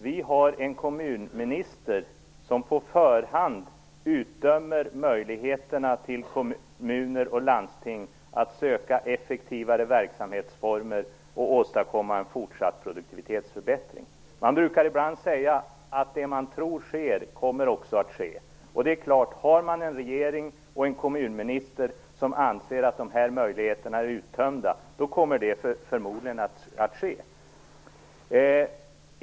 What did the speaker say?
Vi har en kommunminister som på förhand utdömer kommuners och landstings möjligheter att söka effektivare verksamhetsformer och åstadkomma en fortsatt produktivitetsförbättring. Man brukar ibland säga att det man tror skall ske kommer också att ske. Och det är klart, har man en regering och en kommunminister som anser att de här möjligheterna är uttömda kommer det förmodligen att infrias.